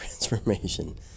transformation